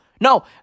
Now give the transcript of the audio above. No